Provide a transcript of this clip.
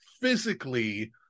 physically